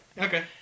Okay